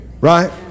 Right